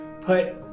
put